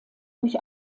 durch